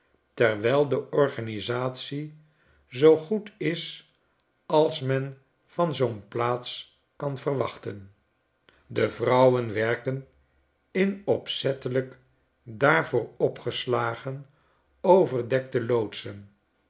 terwijl de organisatie zoo goed is als men van zoo'n plaats kan verwachten de vrouwen werken in opzettelijk daar voor opgeslagen overdekte loodsen